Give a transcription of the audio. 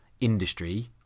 industry